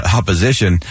opposition